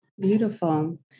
Beautiful